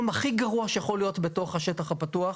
הכי גרוע שיכול להיות בתוך השטח הפתוח,